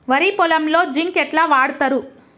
వరి పొలంలో జింక్ ఎట్లా వాడుతరు?